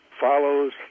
follows